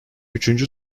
üçüncü